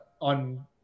on